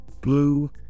blue